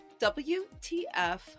WTF